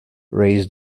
raise